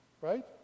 right